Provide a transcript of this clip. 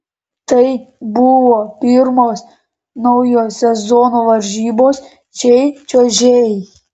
tai buvo pirmos naujo sezono varžybos šiai čiuožėjai